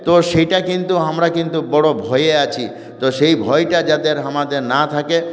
তো সেটা কিন্তু আমরা কিন্তু বড় ভয়ে আছি তো সেই ভয়টা যাদের আমাদের না থাকে